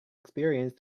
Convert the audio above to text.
experience